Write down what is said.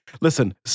listen